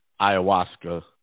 ayahuasca